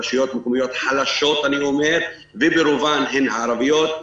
רשויות מקומיות חלשות וברובן הן ערביות,